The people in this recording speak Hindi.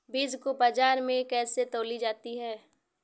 बीज को बाजार में कैसे तौली जाती है?